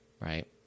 Right